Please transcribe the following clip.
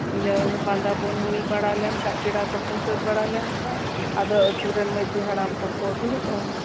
ᱤᱱᱟᱹ ᱵᱟᱸᱫᱟ ᱯᱚᱱ ᱦᱩᱭ ᱵᱟᱲᱟ ᱞᱮᱱᱠᱷᱟᱡᱯᱮᱲᱟ ᱠᱚᱠᱚ ᱥᱟᱹᱛ ᱵᱟᱲᱟ ᱞᱮᱱ ᱠᱷᱟᱡ ᱟᱫᱚ ᱟᱛᱩᱨᱮᱱ ᱢᱟᱡᱷᱤ ᱦᱟᱲᱟᱢ ᱠᱚᱠᱚ ᱫᱩᱲᱩᱵᱼᱟ